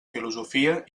filosofia